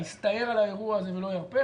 הסתער על האירוע הזה ולא ירפה,